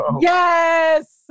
yes